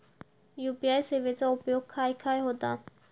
UPI सेवेचा उपयोग खाय खाय होता?